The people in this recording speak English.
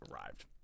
arrived